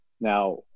Now